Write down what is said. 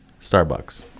starbucks